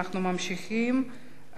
אנחנו ממשיכים,